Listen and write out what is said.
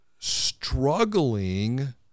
struggling